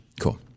Cool